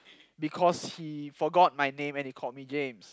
because he forgot my name and he called me James